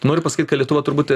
noriu pasakyt kad lietuva turbūt